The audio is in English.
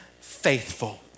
faithful